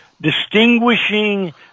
distinguishing